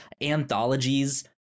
anthologies